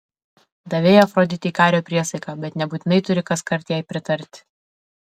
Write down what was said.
davei afroditei kario priesaiką bet nebūtinai turi kaskart jai pritarti